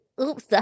oops